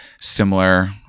similar